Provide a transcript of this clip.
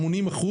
80%,